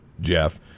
Jeff